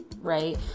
right